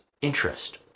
interest